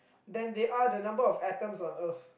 than there are the number of atoms on Earth